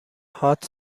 هات